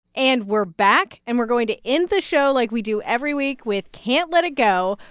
and we're back. and we're going to end the show, like we do every week, with can't let it go,